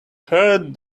heard